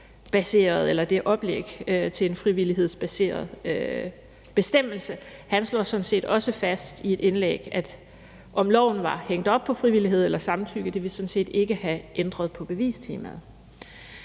lave det oplæg til en frivillighedsbaseret bestemmelse, slår sådan set også fast i et indlæg, at om loven var hængt op på frivillighed eller samtykke, ville sådan set ikke have ændret på bevistemaet.